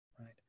right